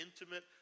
intimate